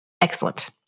Excellent